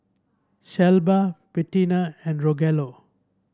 Shelba Bettina and Rogelio